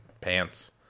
pants